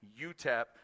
UTEP